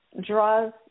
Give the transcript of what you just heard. draws